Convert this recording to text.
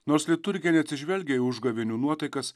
nors liturgija neatsižvelgia į užgavėnių nuotaikas